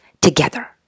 together